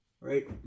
Right